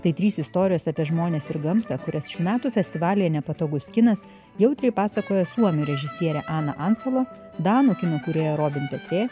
tai trys istorijos apie žmones ir gamtą kurias šių metų festivalyje nepatogus kinas jautriai pasakoja suomių režisierė ana ancala danų kino kūrėja robin petvė